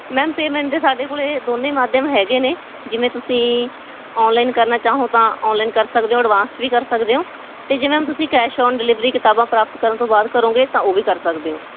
ma'am payment ਦੇ ਸਾਡੇ ਕੋਲ ਦੋਨੇਂ ਮਾਧਿਅਮ ਹੈਗੇ ਨੇ ਜਿਵੇਂ ਤੁਸੀਂ ਔਨਲਾਈਨ ਕਰਨਾ ਚਾਹੋਂ ਤਾਂ ਔਨਲਾਈਨ ਕਰ ਸਕਦੇ ਹੋ ਐਡਵਾਂਸ 'ਚ ਵੀ ਕਰ ਸਕਦੇ ਹੋ ਅਤੇ ਜੇ ਮੈਮ ਤੁਸੀਂ ਕੈਸ਼ ਓਨ ਡਿਲੀਵਰੀ ਕਿਤਾਬਾਂ ਪ੍ਰਾਪਤ ਕਰਨ ਤੋਂ ਬਾਅਦ ਕਰੋਗੇ ਤਾਂ ਉਹ ਵੀ ਕਰ ਸਕਦੇ ਹੋ